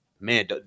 man